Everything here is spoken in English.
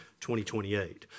2028